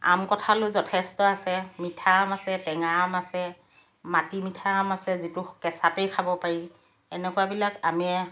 আম কঁঠালো যথেষ্ট আছে মিঠা আম আছে টেঙা আম আছে মাটি মিঠা আম আছে যিটো কেঁচাতেই খাব পাৰি এনেকুৱাবিলাক আমেই